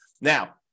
now